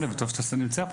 וטוב שאתה נמצא פה.